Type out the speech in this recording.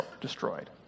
destroyed